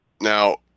Now